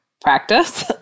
practice